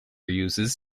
uses